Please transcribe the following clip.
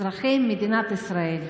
אזרחי מדינת ישראל,